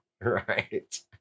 right